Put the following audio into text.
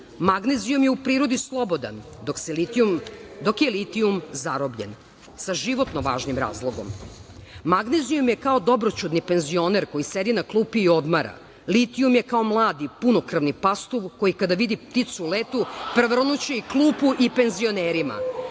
jedinjenja. Magnezijum je u prirodi slobodan, dok je litijum zarobljen sa životno važnim razlogom. Magnezijum je kao dobroćudni penzioner koji sedi na klupi i odmara. Litijum je kao mladi punokrvni pastuv koji, kada vidi pticu u letu, prevrnuće i klupu penzionerima.